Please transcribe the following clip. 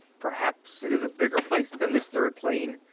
perhaps it is a bigger place than this third plane.